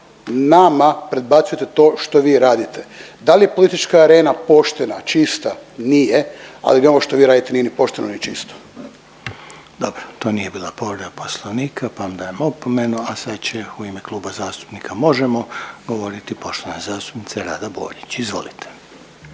nama predbacujete to što vi radite. Da li je politička arena poštena, čista? Nije, ali ni ovo što vi radite nije ni pošteno ni čisto. **Reiner, Željko (HDZ)** Dobro, to nije bila povreda Poslovnika pa vam dajem opomenu, a sad će u ime Kluba zastupnika Možemo! govoriti poštovana zastupnica Rada Borić. Izvolite.